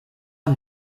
van